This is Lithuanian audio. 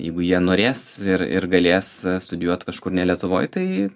jeigu jie norės ir ir galės studijuot kažkur ne lietuvoj tai